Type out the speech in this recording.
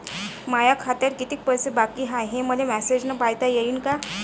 माया खात्यात कितीक पैसे बाकी हाय, हे मले मॅसेजन पायता येईन का?